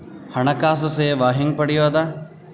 ಹಣಕಾಸು ಸೇವಾ ಹೆಂಗ ಪಡಿಯೊದ?